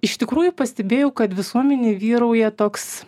iš tikrųjų pastebėjau kad visuomenėj vyrauja toks